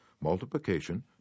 multiplication